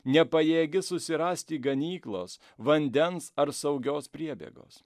nepajėgi susirasti ganyklos vandens ar saugios priebėgos